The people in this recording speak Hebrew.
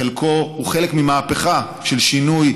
הוא חלק ממהפכה של שינוי,